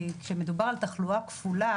כשמדובר על תחלואה כפולה